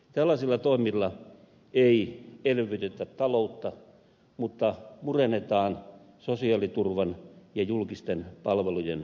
tällaisilla toimilla ei elvytetä taloutta mutta murennetaan sosiaaliturvan ja julkisten palvelujen rahoitusta